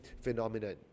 phenomenon